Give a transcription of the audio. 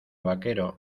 vaquero